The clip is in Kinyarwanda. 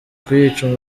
kuyica